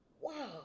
wow